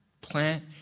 Plant